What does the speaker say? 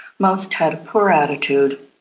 most had a poor attitude,